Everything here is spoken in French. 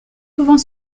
souvent